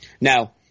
Now –